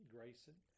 Grayson